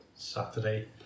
Saturday